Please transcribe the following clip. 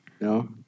No